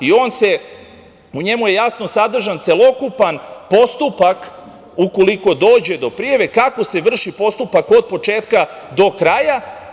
U njemu je jasno sadržan celokupan postupak ukoliko dođe do prijave kako se vrši postupak od početka do kraja.